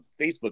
facebook